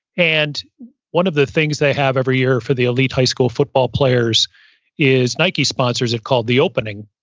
and one of the things they have every year for the elite high school football players is nike sponsors have called the opening.